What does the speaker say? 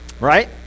Right